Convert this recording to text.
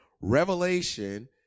revelation